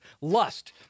lust